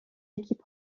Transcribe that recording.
équipe